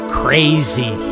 crazy